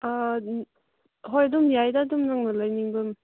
ꯍꯣꯏ ꯑꯗꯨꯝ ꯌꯥꯏꯗ ꯑꯗꯨꯝ ꯅꯪꯅ ꯂꯩꯅꯤꯡꯕ